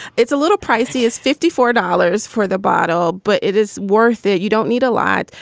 it's a little pricey. is fifty four dollars for the bottle, but it is worth it. you don't need a lot.